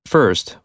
First